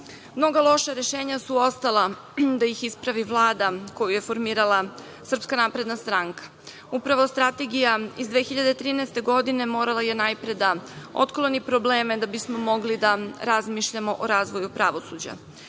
loša rešenja su ostala da ih ispravi Vlada koju je formirala SNS. Upravo, strategija iz 2013. godine morala je najpre da otkloni probleme da bismo mogli da razmišljamo o razvoju pravosuđa.